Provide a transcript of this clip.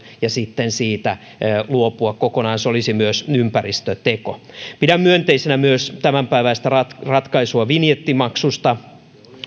ja sitten kokonaan se olisi myös ympäristöteko pidän myönteisenä myös tämänpäiväistä ratkaisua vinjettimaksusta